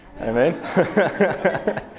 Amen